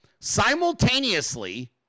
Simultaneously